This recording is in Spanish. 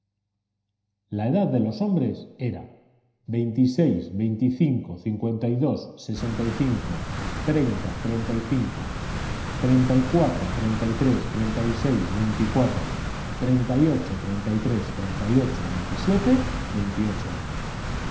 la edad de los hombres era veintiséis veinticinco cincuenta y dos sesenta y cinco treinta treinta y cinco treinta y cuatro treinta y tres treinta y seis veinticuatro treinta y ocho treinta y tres treinta y ocho veintisiete veintiocho años